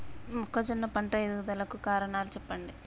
మొక్కజొన్న పంట ఎదుగుదల కు కారణాలు చెప్పండి?